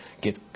get